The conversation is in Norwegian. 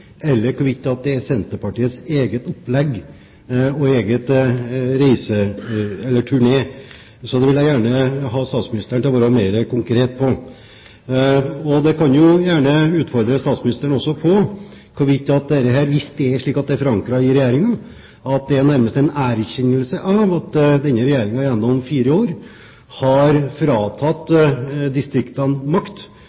Senterpartiets eget opplegg og egen turné. Så det vil jeg gjerne at statsministeren er mer konkret på. Og jeg kan jo gjerne også utfordre statsministeren på hvorvidt dette – hvis det er slik at det er forankret i Regjeringen – nærmest er en erkjennelse av at denne regjeringen gjennom fire år har fratatt